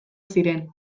ziren